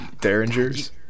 derringers